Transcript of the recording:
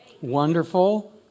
Wonderful